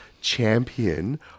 champion